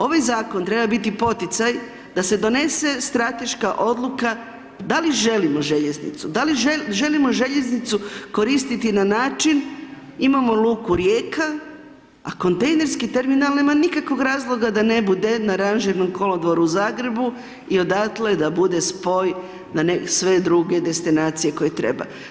Ovaj zakon treba biti poticaj da se donese strateška odluka da li želimo željeznicu, da li želimo željeznicu koristiti na način, imamo i luku Rijeka a kontejnerski terminal nema nikakvog razloga da ne bude na ranžirnom kolodvoru u Zagrebu i odatle da bude spoj na sve druge destinacije koje treba.